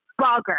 bogger